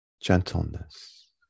gentleness